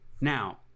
Now